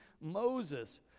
Moses